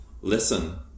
listen